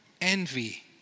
envy